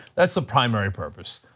that's the primary purpose.